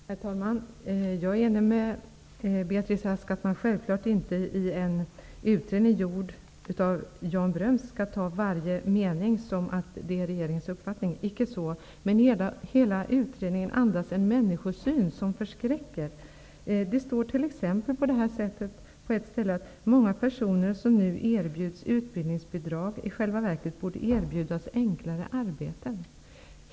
Herr talman! Jag är ense med Beatrice Ask om att man självfallet inte skall uppfatta varje mening i en utredning gjord av Jan Bröms som regeringens uppfattning. Men hela utredningen andas en människosyn som förskräcker. Det står t.ex. på ett ställe att ''många personer som nu erbjuds utbildningsbidrag i själva verket borde erbjudas enklare arbeten''.